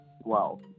Wow